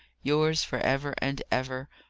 yours for ever and ever,